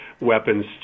weapons